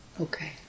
okay